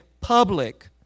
public